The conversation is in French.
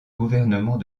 gouvernement